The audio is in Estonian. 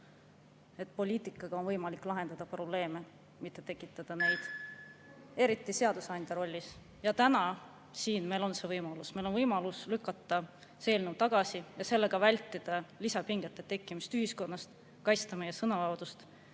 et poliitikaga on võimalik lahendada probleeme, mitte tekitada neid [juurde], eriti seadusandja rollis – täna siin on meil see võimalus. Meil on võimalus lükata see eelnõu tagasi ja sellega vältida lisapingete tekkimist ühiskonnas, kaitsta meie sõnavabadust,